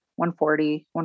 140